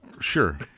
Sure